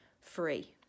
free